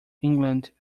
england